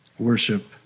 Worship